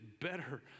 better